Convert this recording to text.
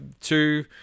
two